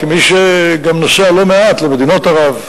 כמי שנוסע לא מעט למדינות ערב,